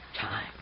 Time